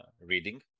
reading